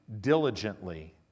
diligently